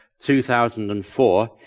2004